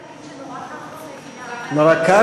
אדוני,